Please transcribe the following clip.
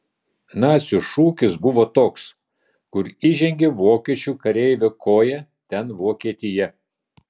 nacių šūkis buvo toks kur įžengė vokiečių kareivio koja ten vokietija